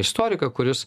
istoriką kuris